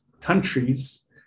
countries